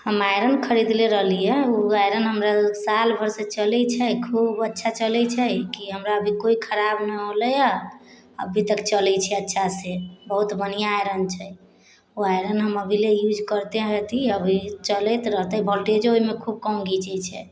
हम आइरन खरीदले रहलियै ओ आइरन हमरा सालभरसँ चलैत छै खूब अच्छा चलैत छै कि हमरा अभी कोइ खराब ना होलय हे अभी तक चलैत छै अच्छासँ बहुत बढ़िआँ आइरन छै ओ आइरन हम अभी लेल यूज करते हथी अभी चलैत रहतै वोल्टेजो ओहिमे खूब कम घीचैत छै